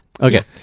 Okay